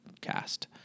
cast